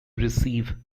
receive